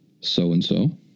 so-and-so